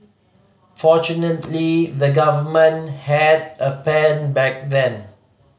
fortunately the government had a plan back then